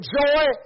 joy